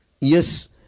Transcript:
yes